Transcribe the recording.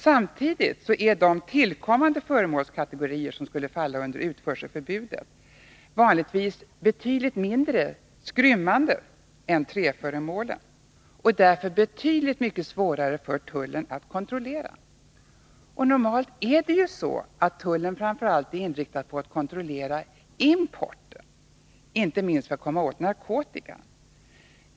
Samtidigt är de tillkommande föremålskategorier som skulle falla under utförselförbudet vanligtvis mindre skrymmande än träföremålen och därför betydligt mycket svårare för tullen att kontrollera. Normalt är tullen framför allt inriktad på att kontrollera importen, inte minst för att komma åt narkotika.